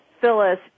Phyllis